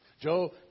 Joe